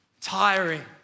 Tiring